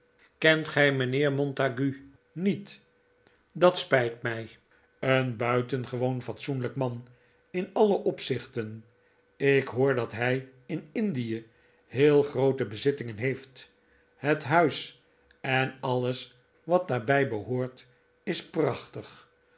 kent gij mijnheer montague niet dat spijt mij een buitengewoon fatsoenlijk man in alle opzichten ik hoor dat hij in indie heel groote bezittingen heeft het huis en alles wat daarbij behoort is prachtig